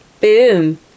Boom